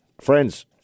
Friends